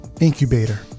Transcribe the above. incubator